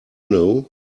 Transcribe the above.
know